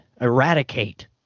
eradicate